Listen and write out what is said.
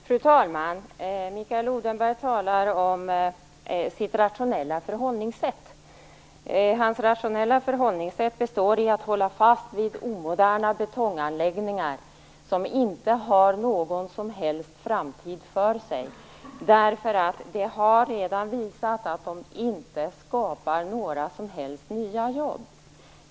Fru talman! Mikael Odenberg talade om sitt rationella förhållningssätt. Det består i att hålla fast vid omoderna betonganläggningar som inte har någon som helst framtid för sig. Det har redan visat sig att de inte har skapat några som helst nya jobb.